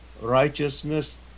righteousness